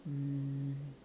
um